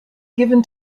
given